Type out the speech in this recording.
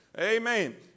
Amen